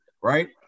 right